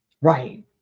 right